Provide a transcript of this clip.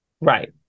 Right